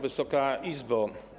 Wysoka Izbo!